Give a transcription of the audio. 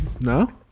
No